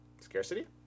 Scarcity